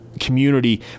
community